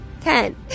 Ten